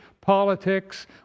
politics